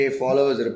followers